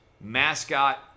mascot